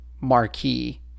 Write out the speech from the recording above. Marquee